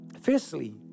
Firstly